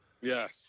Yes